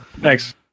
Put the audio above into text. thanks